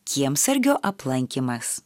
kiemsargio aplankymas